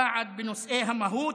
סעד בנושאי המהות,